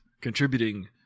contributing